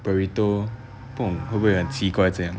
burrito 不懂会不会很奇怪这样